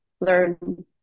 learn